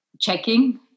checking